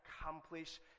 accomplish